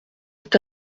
est